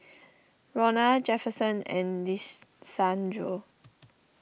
Ronna Jefferson and Lisandro